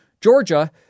Georgia